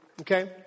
okay